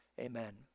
Amen